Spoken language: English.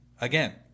Again